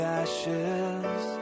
ashes